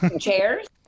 chairs